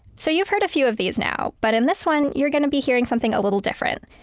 so you've heard a few of these now, but in this one, you're gonna be hearing something a little different.